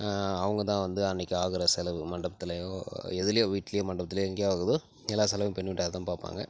அவங்க தான் வந்து அன்னைக்கு ஆகுற செலவு மண்டபத்துலயோ எதுலயோ வீட்டுலயோ மண்டபத்துலயோ எங்கே ஆகுதோ எல்லா செலவையும் பெண் வீட்டார் தான் பார்ப்பாங்க